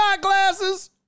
glasses